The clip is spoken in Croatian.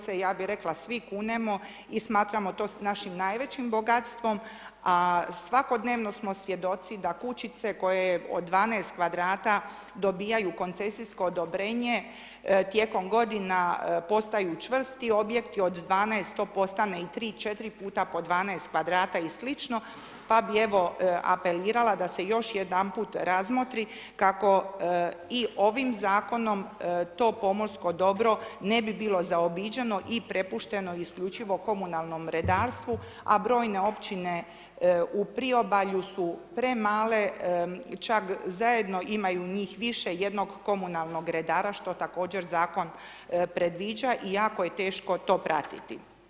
se, ja bi rekla svi kunemo i smatramo to našim najvećim bogatstvom, a svakodnevno smo svjedoci da kućice koje od 12 kvadrata dobivaju koncesijsko odobrenje, tijekom godina postaju čvrsti objekti, od 12 to postane i tri, četiri puta po 12 kvadrata i slično, pa bi evo apelirala da se još jedanput razmotri kako i ovim Zakonom to pomorsko dobro ne bi bilo zaobiđeno i prepušteno isključivo komunalnom redarstvu, a brojne Općine u priobalju su premale, čak zajedno imaju njih više, jednog komunalnog redara, što također Zakon predviđa i jako je teško to pratiti.